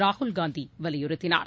ராகுல்காந்தி வலியுறுத்தினார்